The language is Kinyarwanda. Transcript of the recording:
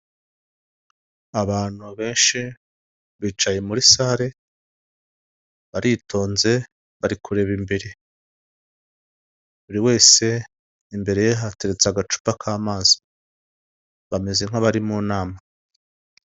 Abantu benshi bicaye muri sale baritonze bari kureba imbere buri wese imbere ye hateretse agacupa k'amazi bameze nk'abari mu nama.